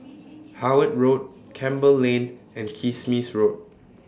Howard Road Campbell Lane and Kismis Road